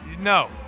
No